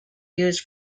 used